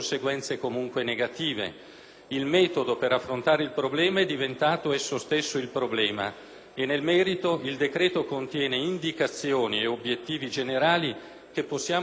Il metodo per affrontare il problema è diventato esso stesso il problema; nel merito il decreto contiene indicazioni e obiettivi generali che possiamo sostanzialmente condividere,